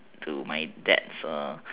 to my dad